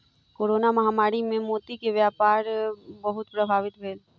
corona महामारी मे मोती के व्यापार बहुत प्रभावित भेल